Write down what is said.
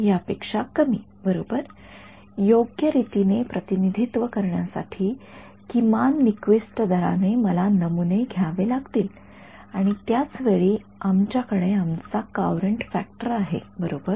या पेक्षा कमी बरोबर योग्य रीतीने प्रतिनिधित्व करण्यासाठी किमान निक्विस्ट दराने मला नमुने घ्यावे लागतील आणि त्याच वेळी आमच्याकडे आमचा कॉऊरंट फॅक्टर आहे बरोबर